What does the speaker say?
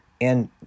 And